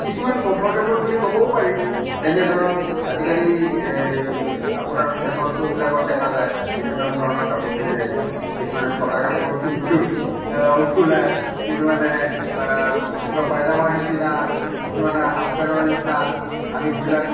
কিছুমান কম্ফৰ্টেব'ল বুলি ক'বও পাৰি যেনে ধৰক আজিকালি আপোনাৰ ফেশ্বন শ্ব' বিলাকত দেখা যায় বিভিন্ন ধৰণৰ কাপোৰ পিন্ধে কিছুমানে ফটা কাপোৰো পিন্ধি ওলায় কিছুমানে কিবা পায়জামাৰ নিচিনা কিছুমানে হাফ্ পেণ্টৰ নিচিনা আমি যিবিলাক